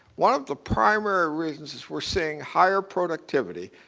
one of the primary reasons is we're seeing higher productivity,